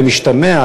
במשתמע,